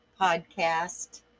podcast